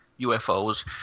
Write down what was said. UFOs